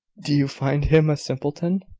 do you find him a simpleton?